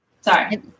Sorry